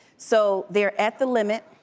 so they're at the limit,